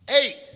Eight